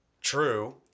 True